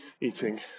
eating